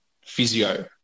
physio